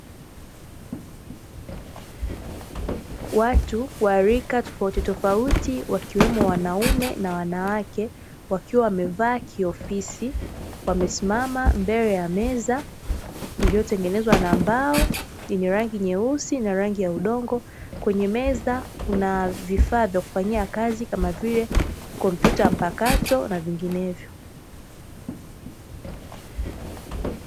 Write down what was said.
Watu wa rika tofautitofauti, wakiwemo wanaume na wanawake wakiwa wamevaa kiofisi wamesimama mbele ya meza iliyotengenezwa kwa mbao yenye rangi nyeusi na rangi ya udongo, kwenye meza kuna vifaa vya kufanyia kazi kama vile kompyuta mpakato na vinginevyo.